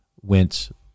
went